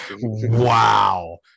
Wow